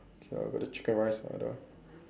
okay ah got the chicken rice or that one